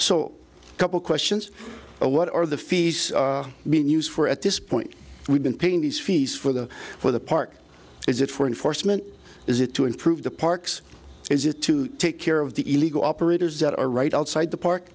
couple questions of what are the fees being used for at this point we've been paying these fees for the for the park is it for enforcement is it to improve the parks is it to take care of the illegal operators that are right outside the park